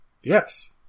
Yes